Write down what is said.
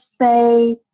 say